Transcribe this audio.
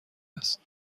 است